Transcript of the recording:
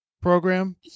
program